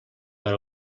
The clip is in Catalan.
per